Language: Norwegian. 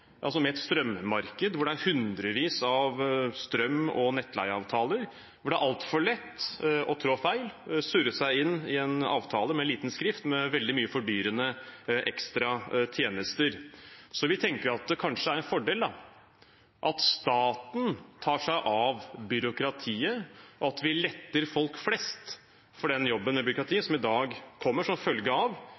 altså med et strømmarked hvor det er hundrevis av strøm- og nettleieavtaler, hvor det er altfor lett å trå feil, surre seg inn i en avtale med liten skrift og med veldig mange fordyrende ekstratjenester. Så vi tenker at det kanskje er en fordel at staten tar seg av byråkratiet, og at vi letter folk flest for den jobben med byråkratiet som i dag kommer som en følge av